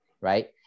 right